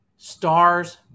stars